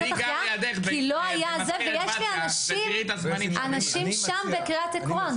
כי לא היה ויש לי אנשים שם בקריית עקרון,